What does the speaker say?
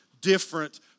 different